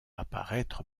apparaître